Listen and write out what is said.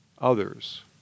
others